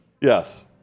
Yes